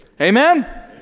Amen